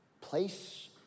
Place